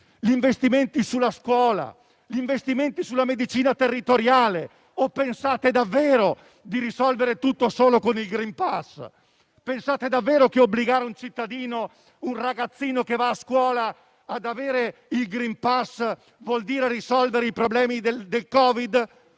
gli investimenti sui trasporti, sulla scuola e sulla medicina territoriale? Pensate davvero, colleghi, di risolvere tutto solo con il *green pass*? Pensate davvero che obbligare un cittadino o un ragazzino che va a scuola ad avere il *green pass* voglia dire risolvere i problemi del Covid?